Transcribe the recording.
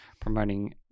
promoting